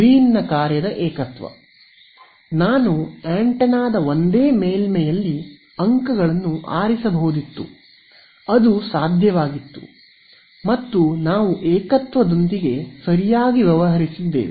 ಗ್ರೀನ್ನ ಕಾರ್ಯದ ಏಕತ್ವ ನಾನು ಆಂಟೆನಾದ ಒಂದೇ ಮೇಲ್ಮೈಯಲ್ಲಿ ಅಂಕಗಳನ್ನು ಆರಿಸಬಹುದಿತ್ತು ಅದು ಸಾಧ್ಯವಾಗಿತ್ತು ಮತ್ತು ನಾವು ಏಕತ್ವದೊಂದಿಗೆ ಸರಿಯಾಗಿ ವ್ಯವಹರಿಸಿದ್ದೇವೆ